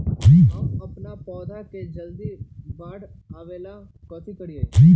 हम अपन पौधा के जल्दी बाढ़आवेला कथि करिए?